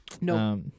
No